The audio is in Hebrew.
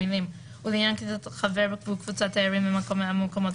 המילים ״ולעניין כניסת חבר בקבוצת תיירים למקום מהמקומות